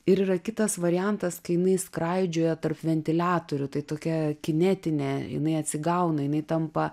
ir yra kitas variantas kai jinai skraidžioja tarp ventiliatorių tai tokia kinetinė jinai atsigauna jinai tampa